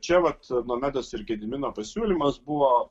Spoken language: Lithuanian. čia vat nomedos ir gedimino pasiūlymas buvo